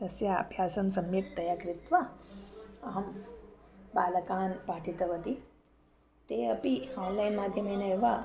तस्य अभ्यासं सम्यक्तया कृत्वा अहं बालकान् पाठितवती ते अपि आन्लैन् माध्यमेन एव